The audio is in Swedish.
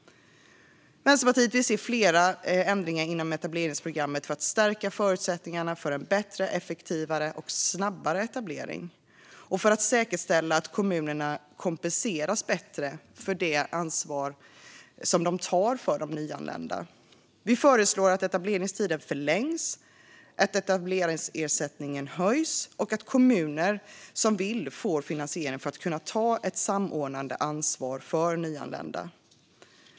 Vänsterpartiet vill se flera ändringar inom etableringsprogrammet för att stärka förutsättningarna för en bättre, effektivare och snabbare etablering och för att säkerställa att kommunerna kompenseras bättre för det ansvar som de tar för de nyanlända. Vi föreslår att etableringstiden förlängs, att etableringsersättningen höjs och att de kommuner som vill får finansiering för att kunna ta ett samordnande ansvar för nyanlända.